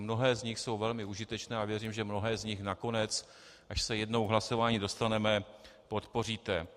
Mnohé z nich jsou velmi užitečné a věřím, že mnohé z nich nakonec, až se jednou k hlasování dostaneme, podpoříte.